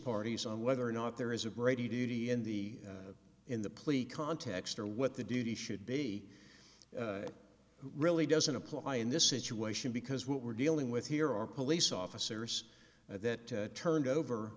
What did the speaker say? parties on whether or not there is a brady duty in the in the plea context or what the duty should be really doesn't apply in this situation because what we're dealing with here are police officers that turned over